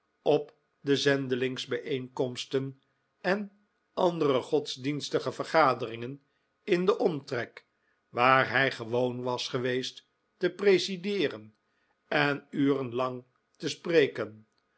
op de zendelingenbijeenkomsten en andere godsdienstige vergaderingen in den omtrek waar hij gewoon was geweest te presideeren en uren lang te spreken